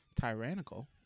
tyrannical